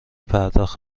پرداخت